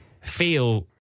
feel